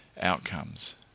outcomes